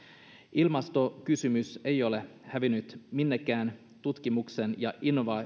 ilmastokysymys ei ole hävinnyt minnekään tutkimuksen ja